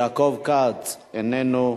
יעקב כץ, איננו,